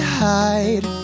hide